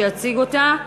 שיציג אותה.